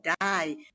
die